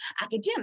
academic